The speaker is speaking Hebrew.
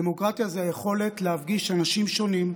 דמוקרטיה זה היכולת להפגיש אנשים שונים,